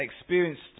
experienced